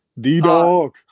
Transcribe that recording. D-dog